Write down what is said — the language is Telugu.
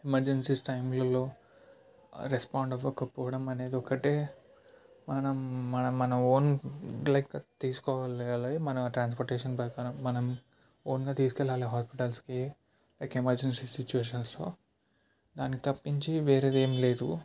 ఎమర్జెన్సీస్ టైంలలో రెస్పాండ్ అవ్వకపోవడం అనేది ఒకటే మనం మన మన ఓన్ లైక్ తీస్కోగలగాలి మన ట్రాన్స్పోర్టేషన్ ప్రకారం మనం ఓన్గా తీస్కెళ్ళాలి హాస్పిటల్స్కి లైక్ ఎమర్జెన్సీ సిట్యుయేషన్స్లో దానికి తప్పించి వేరేది ఏం లేదు